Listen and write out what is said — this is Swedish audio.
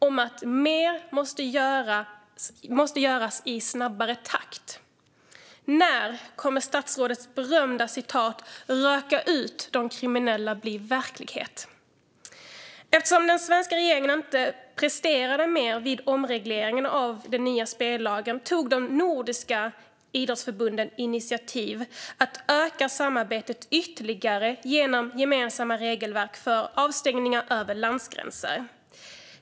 De säger att mer måste göras i snabbare takt. När kommer statsrådets berömda citat om att röka ut de kriminella att bli verklighet? Eftersom den svenska regeringen inte presterade mer vid omregleringen av den nya spellagen tog de nordiska idrottsförbunden initiativ till att öka samarbetet ytterligare genom gemensamma regelverk för avstängningar över landsgränser.